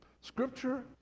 Scripture